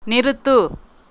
நிறுத்து